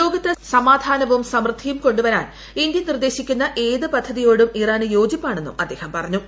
ലോകത്ത് സമാധാനവും സമൃദ്ധിയും കൊണ്ടുവരാൻ ഇന്ത്യ നിർദ്ദേശിക്കുന്ന ഏതു പദ്ധതിയോടും ഇറാന് യോജിപ്പാണെന്നും അദ്ദേഹം പറഞ്ഞു